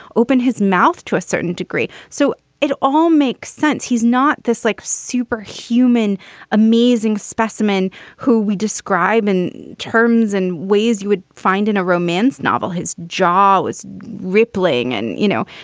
open his mouth to a certain degree. so it all makes sense. he's not this like superhuman amazing specimen who we describe in terms in ways you would find in a romance novel. his jaw is rippling. and, you know,